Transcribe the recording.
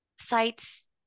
sites